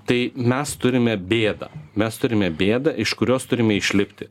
tai mes turime bėdą mes turime bėdą iš kurios turime išlipti